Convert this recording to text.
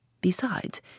Besides